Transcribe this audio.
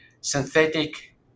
synthetic